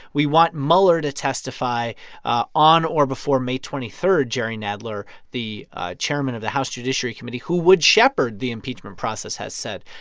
we want mueller to testify ah on or before may twenty three, jerry nadler, the chairman of the house judiciary committee who would shepherd the impeachment process, has said.